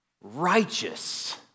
Righteous